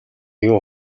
оюун